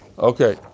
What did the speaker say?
Okay